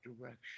direction